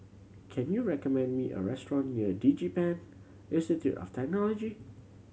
can you recommend me a restaurant near DigiPen Institute of Technology